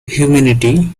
humanity